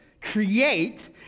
create